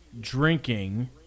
drinking